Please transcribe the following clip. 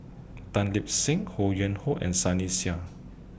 Tan Lip Seng Ho Yuen Hoe and Sunny Sia